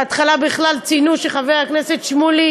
בהתחלה בכלל ציינו שחבר הכנסת שמולי